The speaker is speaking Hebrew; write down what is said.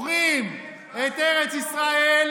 מוכרים את ארץ ישראל,